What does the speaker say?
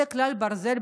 זה כלל ברזל,